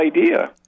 idea